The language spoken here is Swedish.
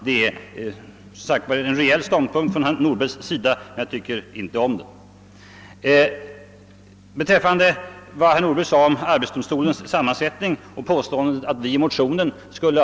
Herr Nordberg påstod att vi i motionen hävdat att arbetsdomstolen inte är objektiv.